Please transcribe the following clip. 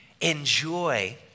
enjoy